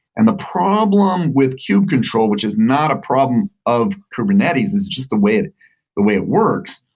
and the problem with kube control, which is not a problem of kubernetes is just the way the way it works.